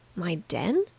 my den?